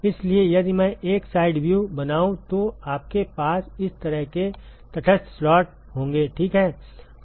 इसलिए यदि मैं एक साइड व्यू बनाऊं तो आपके पास इस तरह के तटस्थ स्लॉट होंगे ठीक है